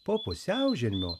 po pusiaužiemio